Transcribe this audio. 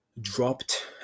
dropped